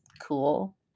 cool